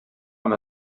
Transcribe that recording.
amb